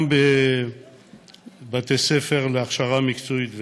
גם בבתי-ספר להכשרה מקצועית וכדומה.